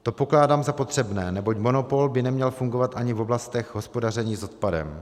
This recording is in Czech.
To pokládám za potřebné, neboť monopol by neměl fungovat ani v oblastech hospodaření s odpadem.